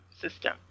system